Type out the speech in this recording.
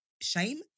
Shame